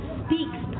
speaks